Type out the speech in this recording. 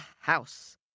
house